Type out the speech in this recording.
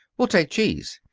will take cheese.